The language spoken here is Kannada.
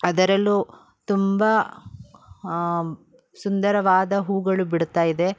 ಅದರಲ್ಲು ತುಂಬ ಸುಂದರವಾದ ಹೂಗಳು ಬಿಡುತ್ತಾಯಿದೆ